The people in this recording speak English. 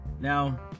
now